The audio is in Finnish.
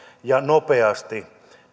ja nopeasti